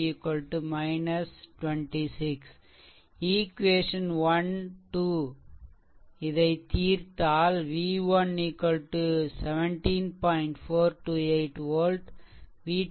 equation 12 equation 1 2 ஐ தீர்த்தால் v1 17